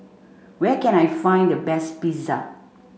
where can I find the best Pizza